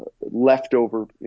leftover